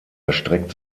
erstreckt